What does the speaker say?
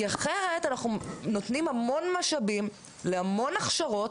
כי, אחרת אנחנו נותנים המון משאבים להמון הכשרות,